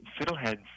fiddleheads